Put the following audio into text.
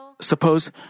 suppose